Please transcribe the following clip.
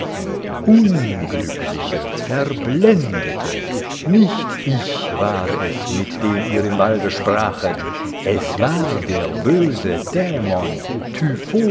unglückliche verblendete nicht ich war es mit dem ihr im walde sprachet es war der böse dämon